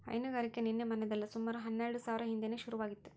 ಹೈನುಗಾರಿಕೆ ನಿನ್ನೆ ಮನ್ನೆದಲ್ಲ ಸುಮಾರು ಹನ್ನೆಲ್ಡು ಸಾವ್ರ ಹಿಂದೇನೆ ಶುರು ಆಗಿತ್ತು